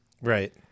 Right